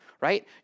right